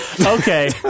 okay